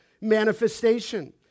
manifestation